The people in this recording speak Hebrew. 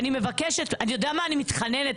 אני מתחננת,